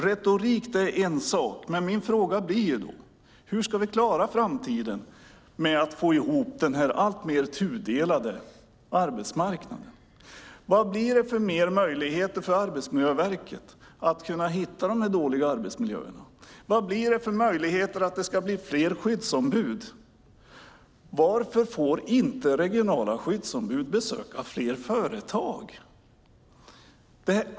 Retorik är en sak, men min fråga blir: Hur ska vi klara att i framtiden få ihop den alltmer tudelade arbetsmarknaden? Vad blir det för fler möjligheter för Arbetsmiljöverket att hitta de dåliga arbetsmiljöerna? Vad blir det för möjligheter till fler skyddsombud? Varför får inte regionala skyddsombud besöka fler företag?